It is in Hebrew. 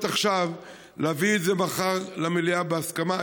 עכשיו להביא את זה מחר למליאה בהסכמה.